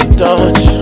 touch